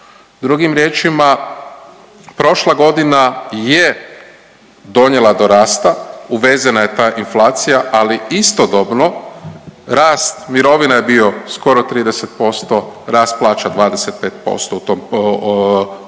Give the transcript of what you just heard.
Drugim riječima, prošla godina je donijela do rasta, uvezena je ta inflacija, ali istodobno rast mirovina je bio skoro 30%, rast plaća 25% u tom periodu,